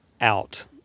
out